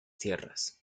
tierras